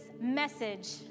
message